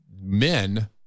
men